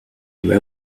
their